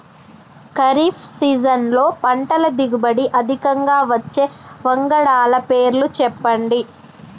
ఖరీఫ్ సీజన్లో పంటల దిగుబడి అధికంగా వచ్చే వంగడాల పేర్లు చెప్పండి?